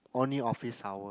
only office hour